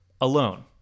alone